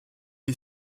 est